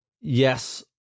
yes